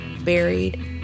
buried